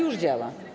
Już działa.